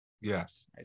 yes